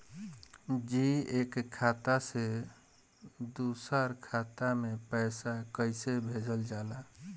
जी एक खाता से दूसर खाता में पैसा कइसे भेजल जाला?